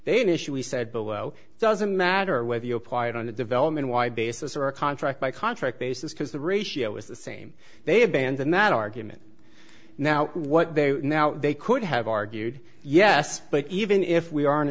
they initially said below it doesn't matter whether you apply it on a development wide basis or a contract by contract basis because the ratio is the same they have banned that argument now what they're now they could have argued yes but even if we aren't